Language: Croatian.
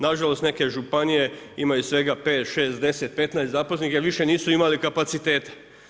Nažalost, neke županije imaju svega 5, 6, 10, 15 zaposlenih jer više nisu imali kapaciteta.